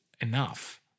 enough